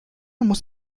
muss